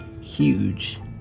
huge